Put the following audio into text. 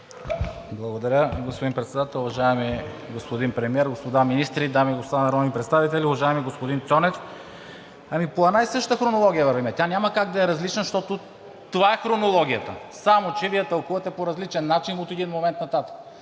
Благодаря, господин Председател. Уважаеми господин Премиер, господа министри, дами и господа народни представители, уважаеми господин Цонев! Ами по една и съща хронология вървим. Тя няма как да е различна, защото това е хронологията, само че Вие я тълкувате по различен начин от един момент нататък.